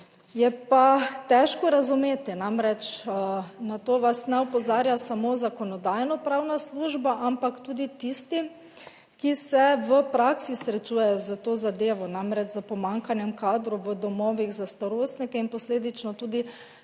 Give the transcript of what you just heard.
je pa težko razumeti. Namreč, na to vas ne opozarja samo Zakonodajno-pravna služba, ampak tudi tistim, ki se v praksi srečujejo s to zadevo, namreč s pomanjkanjem kadrov v domovih za starostnike in posledično tudi